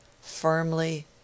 firmly